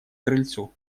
крыльцу